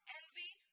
envy